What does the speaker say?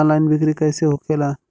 Online बिक्री कैसे होखेला?